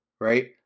right